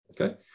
Okay